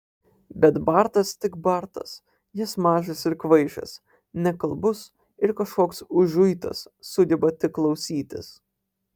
bet bartas tik bartas jis mažas ir kvaišas nekalbus ir kažkoks užuitas sugeba tik klausytis